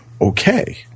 okay